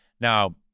Now